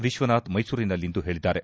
ವಿಶ್ವನಾಥ್ ಮೈಸೂರಿನಲ್ಲಿಂದು ಹೇಳಿದ್ದಾರೆ